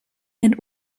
and